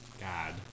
God